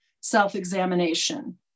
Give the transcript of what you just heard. self-examination